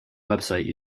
website